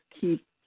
keep